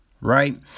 Right